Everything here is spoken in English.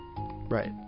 right